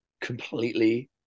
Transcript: completely